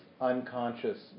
unconscious